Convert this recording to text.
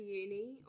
uni